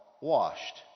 washed